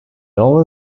only